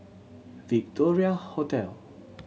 Victoria Hotel